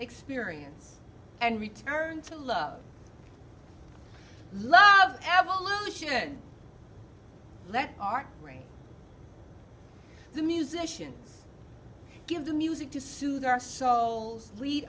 experience and return to love love evolution let our brain the musicians give the music to soothe our souls lead